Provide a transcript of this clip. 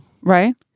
Right